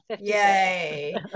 Yay